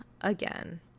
again